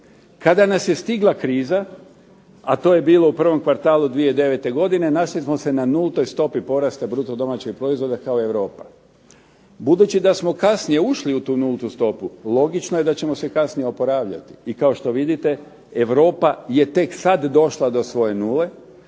Kada nas je stigla kriza, a to je bilo u prvom kvartalu 2009. godine, našli smo se na nultoj stopi porasta bruto domaćeg proizvoda kao Europa. Budući da smo kasnije ušli u tu nultu stopu, logično je da ćemo se kasnije oporavljati, i kao što vidite Europa je tek sad došla do svoje nule,